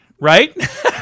Right